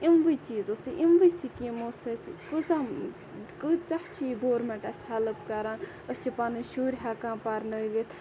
یِموٕے چیٖزَو سۭتۍ یِموے سکیٖمو سۭتۍ کۭژاہ کۭتیاہ چھِ یہِ گورمنٹ اَسہِ ہیٚلپ کَران أسۍ چھِ پَنٕنۍ شُرۍ ہیٚکان پَرنٲوِتھ